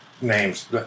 names